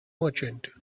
merchant